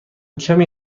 کمی